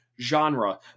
genre